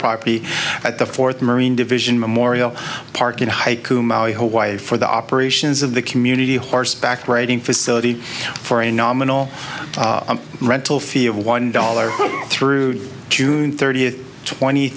property at the fourth marine division memorial park in haiku maui hawaii for the operations of the community horseback riding facility for a nominal rental fee of one dollar through june thirtieth twenty